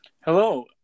Hello